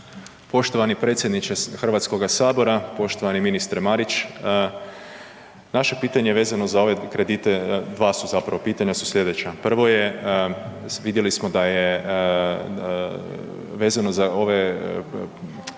Poštovani predsjedniče Hrvatskoga sabora, poštovani ministre Marić naše pitanje je vezano za ove kredite, dva su zapravo, pitanja su slijedeća. Prvo je vidjeli smo da je vezano za ove kredite